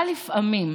אבל לפעמים,